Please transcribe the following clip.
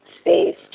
space